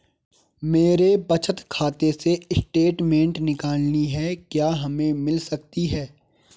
मेरे बचत खाते से स्टेटमेंट निकालनी है क्या हमें मिल सकती है?